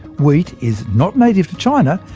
wheat is not native to china,